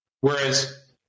Whereas